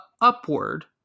upward